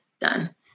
done